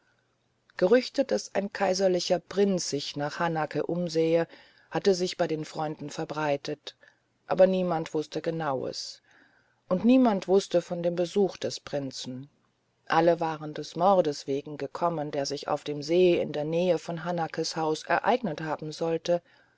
gerüchte daß ein kaiserlicher prinz sich nach hanake umsähe hatten sich bei den freunden verbreitet aber niemand wußte genaues und niemand wußte vom besuch des prinzen alle waren des mordes wegen gekommen der sich auf dem see in der nähe von hanakes haus ereignet haben sollte